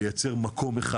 לייצר מקום אחד.